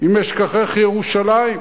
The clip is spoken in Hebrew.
"אם אשכחך ירושלים".